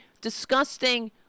disgusting